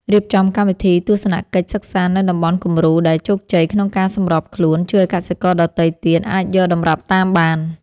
រៀបចំកម្មវិធីទស្សនកិច្ចសិក្សានៅតំបន់គំរូដែលជោគជ័យក្នុងការសម្របខ្លួនជួយឱ្យកសិករដទៃទៀតអាចយកតម្រាប់តាមបាន។